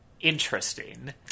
interesting